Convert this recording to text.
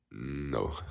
No